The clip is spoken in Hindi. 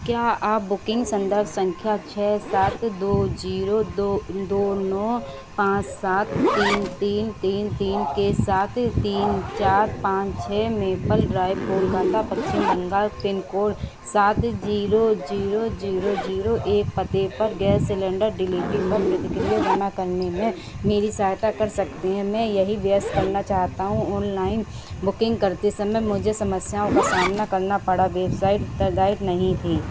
क्या आप बुकिंग संदर्भ संख्या छः सात दो जीरो दो दो नौ पाँच सात तीन तीन तीन तीन के साथ तीन चार पाँच छः मेपल ड्राइव कोलकाता पश्चिम बंगाल पिनकोड सात जीरो जीरो जीरो जीरो एक पते पर गैस सिलेंडर डिलिवरी पर प्रतिक्रिया जमा करने में मेरी सहायता कर सकते हैं मैं यही व्यस करना चाहता हूँ ऑनलाइन बुकिंग करते समय मुझे समस्याओं का सामना करना पड़ा वेबसाइट उत्तरदायी नहीं थी